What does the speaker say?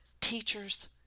teachers